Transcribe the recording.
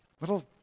Little